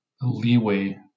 leeway